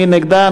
מי נגדה?